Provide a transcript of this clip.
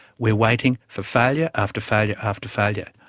we are waiting for failure after failure after failure.